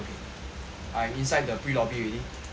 I am inside the pre-lobby already